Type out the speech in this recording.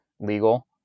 legal